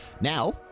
Now